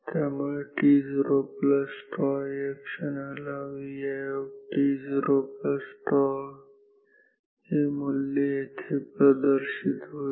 त्यामुळे t0τ या क्षणाला Vit0τ हे मूल्य येथे प्रदर्शित होईल